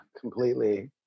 completely